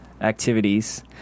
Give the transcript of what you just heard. activities